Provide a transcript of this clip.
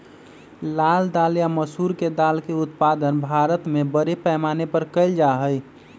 लाल दाल या मसूर के दाल के उत्पादन भारत में बड़े पैमाने पर कइल जा हई